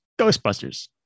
Ghostbusters